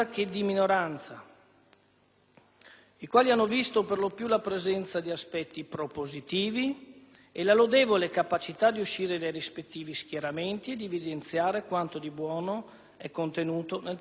dai quali trasparivano per lo più aspetti propositivi e lodevole capacità di uscire dai rispettivi schieramenti e di evidenziare quanto di buono è contenuto nel provvedimento in oggetto.